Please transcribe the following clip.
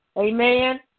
Amen